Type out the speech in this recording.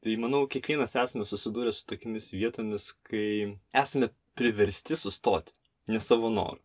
tai manau kiekvienas esame susidūrę su tokiomis vietomis kai esame priversti sustoti ne savo noru